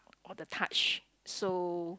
or the touch so